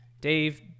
Dave